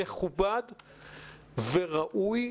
מכובד וראוי,